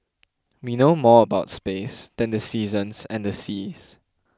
we know more about space than the seasons and the seas